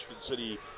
City